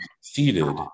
succeeded